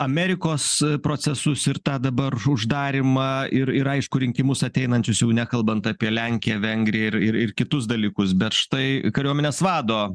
amerikos procesus ir tą dabar uždarymą ir ir aišku rinkimus ateinančius jau nekalbant apie lenkiją vengriją ir ir ir kitus dalykus bet štai kariuomenės vado